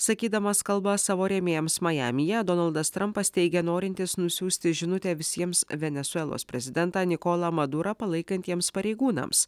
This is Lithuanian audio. sakydamas kalbą savo rėmėjams majamyje donaldas trampas teigia norintis nusiųsti žinutę visiems venesuelos prezidentą nikolą madurą palaikantiems pareigūnams